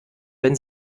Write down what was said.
wenn